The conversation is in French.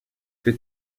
que